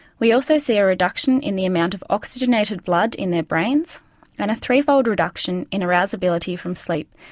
we also see a reduction in the amount of oxygenated blood in their brains and a threefold reduction in arousability from sleep,